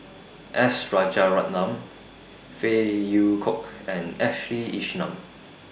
S Rajaratnam Phey Yew Kok and Ashley Isham